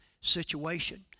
situation